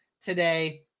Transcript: today